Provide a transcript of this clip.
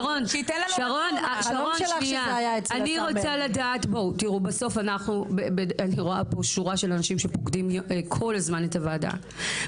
אני רואה פה שורה של אנשים שפוקדים כל הזן את הוועדה.